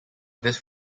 this